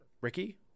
Ricky